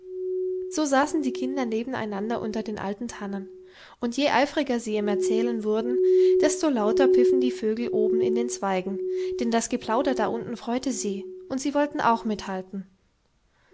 so saßen die kinder nebeneinander unter den alten tannen und je eifriger sie im erzählen wurden desto lauter pfiffen die vögel oben in den zweigen denn das geplauder da unten freute sie und sie wollten auch mithalten